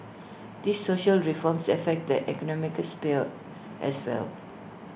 these social reforms affect the economic sphere as well